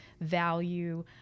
value